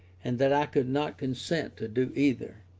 and that i could not consent to do either.